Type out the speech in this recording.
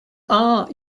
are